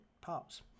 parts